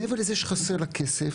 מעבר לזה שחסר לה כסף,